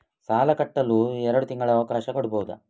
ಸಾಲ ಕಟ್ಟಲು ಎರಡು ತಿಂಗಳ ಅವಕಾಶ ಕೊಡಬಹುದಾ?